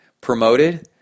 promoted